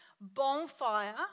bonfire